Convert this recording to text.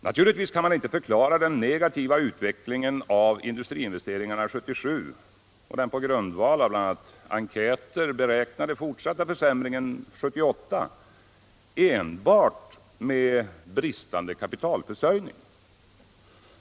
Naturligtvis kan man inte förklara den negativa utvecklingen av industriinvesteringarna 1977 och den på grundval av bl.a. enkäter beräknade fortsatta försämringen 1978 enbart med bristande kapitalförsörjning.